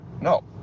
No